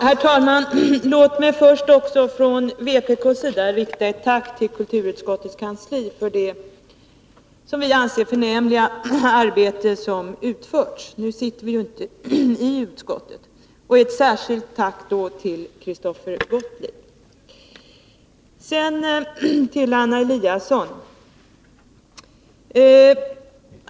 Herr talman! Låt mig först också från vpk:s sida rikta ett tack till kulturutskottets kansli för det förnämliga arbete som utförts — vi är ju inte representerade i utskottet — och ett särskilt tack till Christoffer Gottlieb.